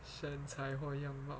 身材货样貌